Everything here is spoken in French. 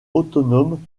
autonome